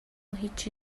هیچی